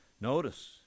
Notice